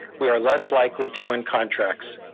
we are less likely to win contracts?